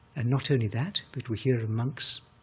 and not only that, but we hear of monks